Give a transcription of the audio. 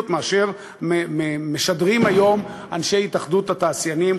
מאשר זו שמשדרים היום אנשי התאחדות התעשיינים,